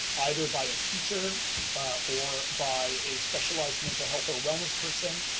either by a teacher or by a specialized mental health or wellness person,